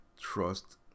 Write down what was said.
trust